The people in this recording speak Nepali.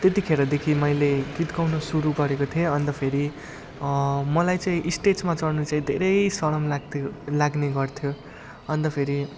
त्यतिखेरदेखि मैले गीत गाउन सुरु गरेको थिएँ अन्त फेरि मलाई चाहिँ स्टेजमा चढ्नु चाहिँ धेरै सरम लाग्थ्यो लाग्ने गर्थ्यो अन्त फेरि